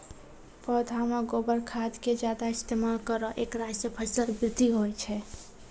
पौधा मे गोबर खाद के ज्यादा इस्तेमाल करौ ऐकरा से फसल बृद्धि होय छै?